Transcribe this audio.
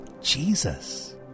Jesus